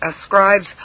ascribes